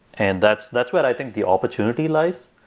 and that's that's where i think the opportunities lies.